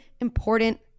important